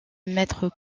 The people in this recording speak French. mètres